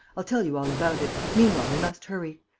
i'll tell you all about it. meanwhile, we must hurry.